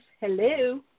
Hello